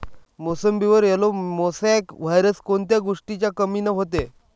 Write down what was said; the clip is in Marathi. मोसंबीवर येलो मोसॅक वायरस कोन्या गोष्टीच्या कमीनं होते?